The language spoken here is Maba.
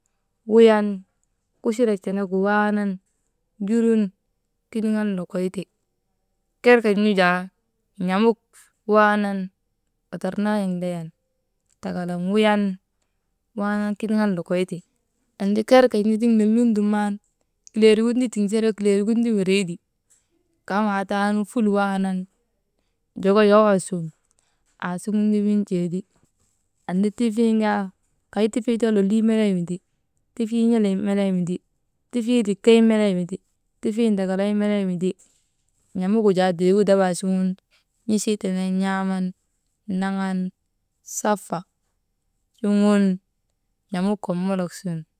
Wuyan kuchinek tenegu waanan njurun kiniŋan lokoyte. Kerken̰ nu jaa n̰amuk waanan, otornaayek ndayan, takalan wuyan waanan kiniŋan lokoyte, annti kerken̰nu tiŋ lolin dumnan kileerigin ti tiŋserka, kileerigin ti windriiti, kamaa taanu ful waanan joko yowoo sun aasuŋu ti win̰tee ti anti tifin kaa kay tifii too lolii melee windi, tifii n̰ilii melee windi, tifii likey melee windi tifii ndakalay melee windi. N̰amuk gu jaa deegu dabaa suŋun n̰isii tenen n̰aaman naŋan safa suŋun n̰amuk komolok sun.